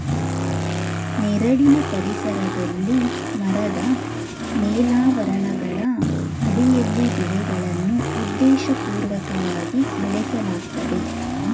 ನೆರಳಿನ ಪರಿಸರದಲ್ಲಿ ಮರದ ಮೇಲಾವರಣಗಳ ಅಡಿಯಲ್ಲಿ ಬೆಳೆಗಳನ್ನು ಉದ್ದೇಶಪೂರ್ವಕವಾಗಿ ಬೆಳೆಸಲಾಗ್ತದೆ